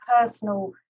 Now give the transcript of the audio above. personal